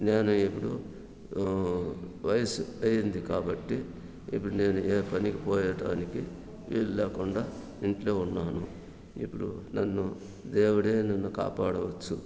నేను ఇప్పుడు వయసు అయ్యింది కాబట్టి ఇప్పుడు నేను ఏ పని పనికి పోయేటానికి వీళ్ళు లేకుండా ఇంట్లో ఉన్నాను ఇప్పుడు నన్ను దేవుడే నన్ను కాపాడవచ్చు